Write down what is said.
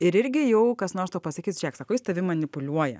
ir irgi jau kas nors tau pasakys žiūrėk sako jis tavim manipuliuoja